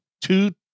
two